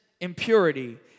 impurity